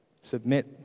Submit